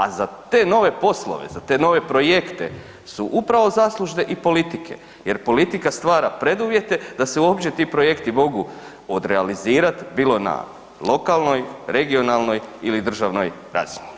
A za te nove poslove, za te nove projekte su upravo zaslužne i politike jer politika stvara preduvjete da se uopće ti projekti mogu odrealizirat bilo na lokalnoj, regionalnoj ili državnoj razini.